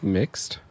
mixed